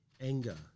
anger